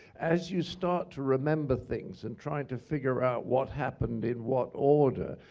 as you start to remember things and try and to figure out what happened in what order,